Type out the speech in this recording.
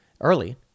early